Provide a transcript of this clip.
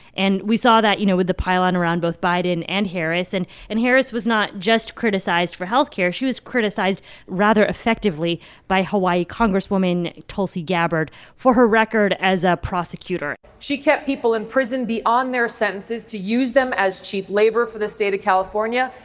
and we saw that, you know, with the pile on around both biden and harris. and and harris was not just criticized for health care. she was criticized rather effectively by hawaii congresswoman tulsi gabbard for her record as a prosecutor she kept people in prison beyond their sentences to use them as cheap labor for the state of california.